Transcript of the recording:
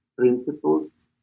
Principles